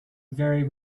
very